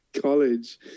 college